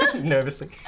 Nervously